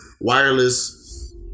Wireless